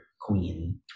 queen